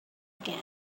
again